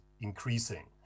increasing